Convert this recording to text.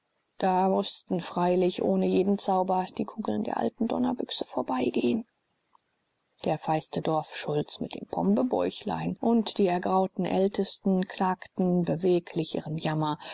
da mußten freilich ohne jeden zauber die kugeln der alten donnerbüchse vorbeigehen der feiste dorfschulze mit dem pombebäuchlein und die ergrauten ältesten klagten beweglich ihren jammer